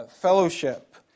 fellowship